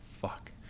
fuck